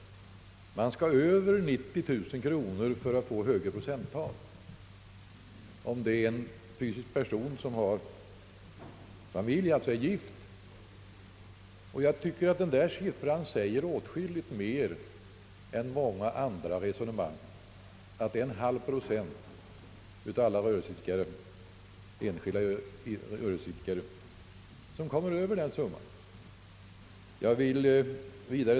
En fysisk person skall tjäna över 920 000 kronor för att skatten skall utgå efter högre procenttal, förutsatt att han är gift. Jag tycker att denna siffra säger åtskilligt mer än många andra resonemang, alltså att endast en halv procent av alla enskilda rörelseidkare kommer över summan 90 000 kronor.